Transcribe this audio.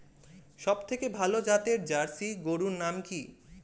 সবথেকে ভালো জাতের জার্সি গরুর নাম কি?